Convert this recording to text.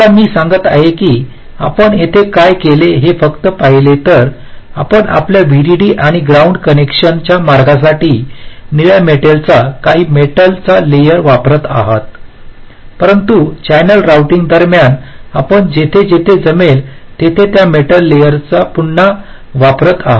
आता मी सांगत आहे की आपण येथे काय केले हे फक्त पाहिले तर आपण आपल्या व्हीडीडी आणि ग्राउंड कनेक्शनच्या मार्गांसाठी निळ्या मेटलचा काही मेटलचा लेअर वापरत आहोत परंतु चॅनेल रोऊटिंग दरम्यान आपण जिथे जिथे जमेल तिथे त्या मेटलचा लेअर पुन्हा वापरत आहोत